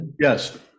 Yes